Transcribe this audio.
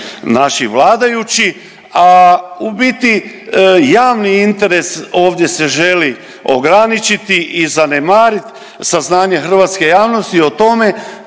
naših vladajućih. A u biti javni interes ovdje se želi ograničiti i zanemariti, saznanje hrvatske javnosti o tome